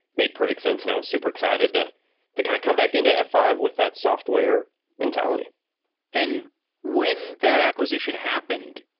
made perfect sense now. and i was super excited to to kind of come back into f five with that software mentality and when that acquisition happened,